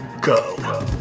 Go